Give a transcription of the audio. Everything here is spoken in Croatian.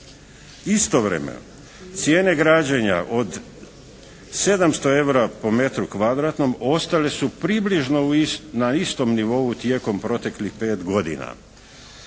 Istovremeno, cijene građenja od 700 eura po metru kvadratnom ostale su približno na istom nivou tijekom proteklih 5 godina.